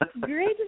great